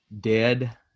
dead